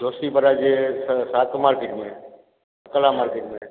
ज्योष्ती पराजय जे शास्त्री मार्केट में कला मार्केट में